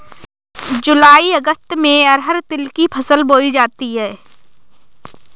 जूलाई अगस्त में अरहर तिल की फसल बोई जाती हैं